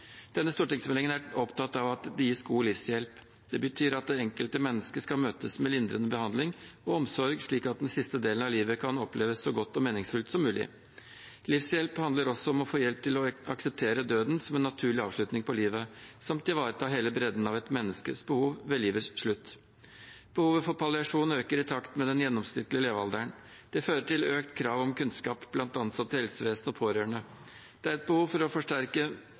Denne stortingsmeldingen er opptatt av at det gis god livshjelp. Det betyr at det enkelte mennesket møtes med lindrende behandling og omsorg, slik at den siste delen av livet kan oppleves så godt og meningsfullt som mulig. Livshjelp handler også om å få hjelp til å akseptere døden som en naturlig avslutning på livet, samt ivareta hele bredden av et menneskes behov ved livets slutt. Behovet for palliasjon øker i takt med den gjennomsnittlige levealderen. Det fører til økte krav om kunnskap bl.a. til de ansatte i helsevesenet og pårørende. Det er behov for å